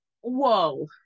whoa